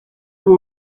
ubu